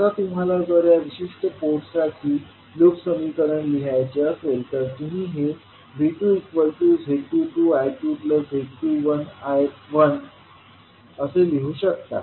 आता तुम्हाला जर या विशिष्ट पोर्टसाठी लूप समीकरण लिहायचे असेल तर तुम्ही हे V2z22I2 z21I1 असे लिहू शकता